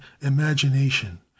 imagination